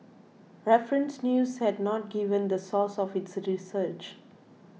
Reference News has not given the source of its research